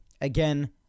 again